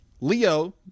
Leo